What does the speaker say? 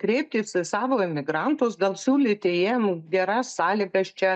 kreiptis į savo emigrantus gal siūlyti jiem geras sąlygas čia